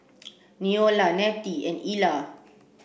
Neola Nettie and Ila